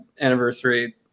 anniversary